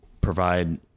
provide